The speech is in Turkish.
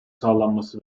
sağlanması